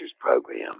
program